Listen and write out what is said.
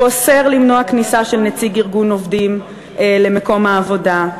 הוא אוסר למנוע כניסה של נציג ארגון עובדים למקום העבודה.